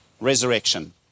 resurrection